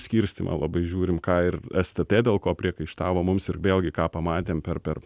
skirstymą labai žiūrim ką ir stt dėl ko priekaištavo mums ir vėlgi ką pamatėm per per